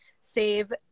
save